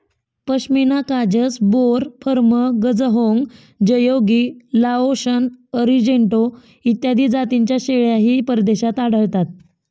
पश्मिना काजस, बोर, फर्म, गझहोंग, जयोगी, लाओशन, अरिजेंटो इत्यादी जातींच्या शेळ्याही परदेशात आढळतात